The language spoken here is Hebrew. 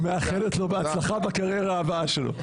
ומאחלת לו בהצלחה בקריירה הבאה שלו.